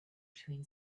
between